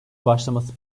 başlaması